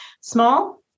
small